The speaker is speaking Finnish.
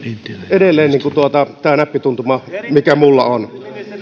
edelleen tämä näppituntuma mikä minulla on